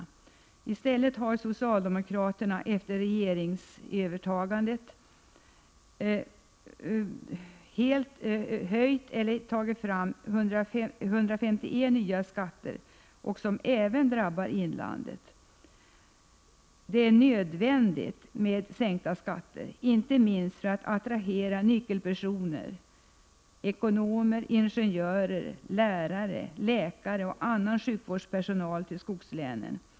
Men i stället har socialdemokraterna efter övertagandet av regeringsmakten både höjt skatter och tagit fram 151 nya skatter, vilket innebär att även inlandet drabbas. Det är nödvändigt att vi får sänkta skatter, inte minst för att attrahera nyckelpersoner — ekonomer, ingenjörer, lärare samt läkare och annan sjukvårdspersonal — till skogslänen.